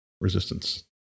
resistance